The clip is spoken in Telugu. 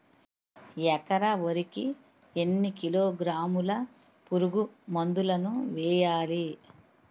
ఎకర వరి కి ఎన్ని కిలోగ్రాముల పురుగు మందులను వేయాలి?